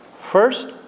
first